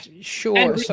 Sure